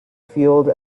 field